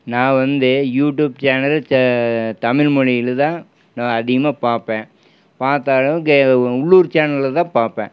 நான் வந்து YouTube channel Tamil மொழியில் தான் நான் அதிகமாக பாப்பேன் பார்த்தாலும் உள்ளூர் சேனலில் தான் பாப்பேன்